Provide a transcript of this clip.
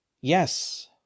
Yes